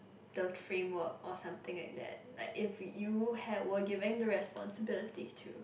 the framework or something like that like if you ha~ were given the responsibility to